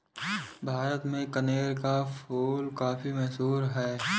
भारत में कनेर का फूल काफी मशहूर है